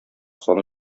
саны